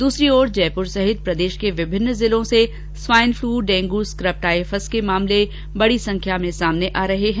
दूसरी ओर जयपुर सहित प्रदेश के विभिन्न जिलों से स्वाइनफलू डेंगू स्कबटाइफस के मामले भी बड़ी संख्या में सामने आ रहे हैं